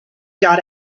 got